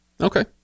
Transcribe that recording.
okay